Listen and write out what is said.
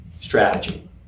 strategy